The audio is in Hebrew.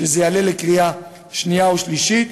כשזה יעלה לקריאה שנייה ושלישית,